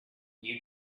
you